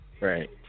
Right